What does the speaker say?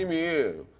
you